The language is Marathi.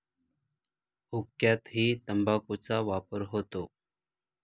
हुक्क्यातही तंबाखूचा वापर होतो